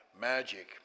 magic